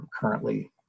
currently